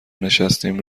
نشستیم